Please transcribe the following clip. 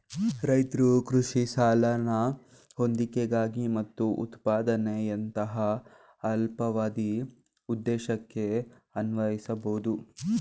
ರೈತ್ರು ಕೃಷಿ ಸಾಲನ ಹೂಡಿಕೆಗಾಗಿ ಮತ್ತು ಉತ್ಪಾದನೆಯಂತಹ ಅಲ್ಪಾವಧಿ ಉದ್ದೇಶಕ್ಕೆ ಅನ್ವಯಿಸ್ಬೋದು